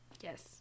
yes